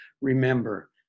Remember